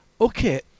okay